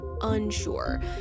Unsure